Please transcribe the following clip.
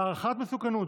והערכת מסוכנות,